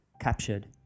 captured